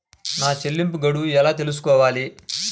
నా చెల్లింపు గడువు ఎలా తెలుసుకోవాలి?